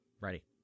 ready